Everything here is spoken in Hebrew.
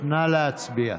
נא להצביע.